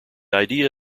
idea